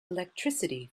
electricity